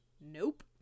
nope